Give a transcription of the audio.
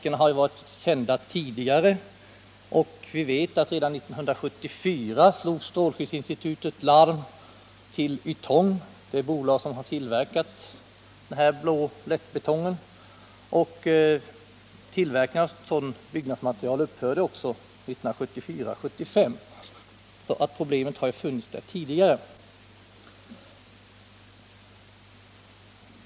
Dessa risker var kända tidigare. Vi vet att strålskyddsinstitutet slog larm redan 1974 till Ytong AB, det bolag som har tillverkat blå lättbetong. Tillverkningen av sådant byggmaterial upphörde 1974/75. Problemet har alltså funnits redan tidigare.